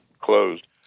closed